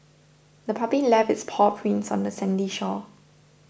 the puppy left its paw prints on the sandy shore